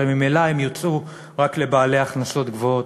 הרי ממילא הן יוצעו רק לבעלי הכנסות גבוהות.